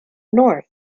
north